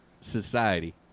society